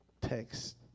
text